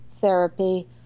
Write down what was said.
therapy